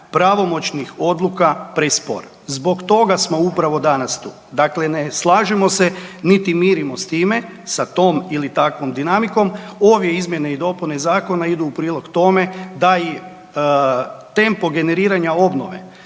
pravomoćnih odluka prespor. Zbog toga smo upravo danas tu. Dakle, ne slažemo se niti mirimo s time sa tom ili takvom dinamikom. Ove izmjene i dopune zakona idu u prilog tome da i tempo generiranja obnove,